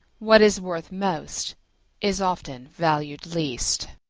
what is worth most is often valued least.